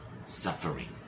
suffering